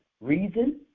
reason